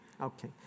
Okay